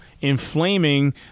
inflaming